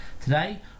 Today